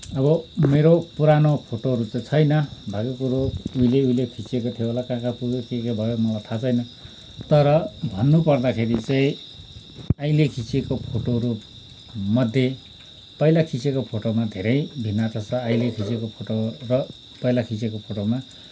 अब मेरो पुरानो फोटोहरू त छैन भएकै कुरो उहिले उहिले खिँचेको थियो होला कहाँ कहाँ पुग्यो के के भयो मलाई थाहा छैन तर भन्नुपर्दाखेरि चाहिँ अहिले खिँचेको फोटोहरूमध्ये पहिला खिँचेको फोटोमा धेरै भिन्नता छ अहिले खिँचेको फोटो र पहिला खिँचेको फोटोमा